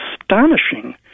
astonishing